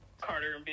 Carter